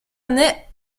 naît